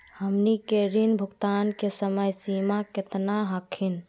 हमनी के ऋण भुगतान के समय सीमा केतना हखिन?